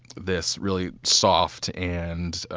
this really soft and